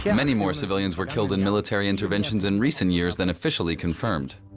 yeah many more civilians were killed in military interventions in recent years than officially confirmed.